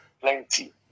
plenty